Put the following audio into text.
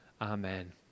Amen